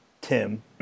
tim